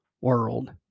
world